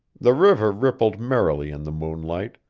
the river rippled merrily in the moonlight,